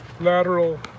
lateral